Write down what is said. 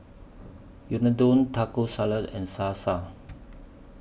Unadon Taco Salad and Salsa